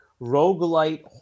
roguelite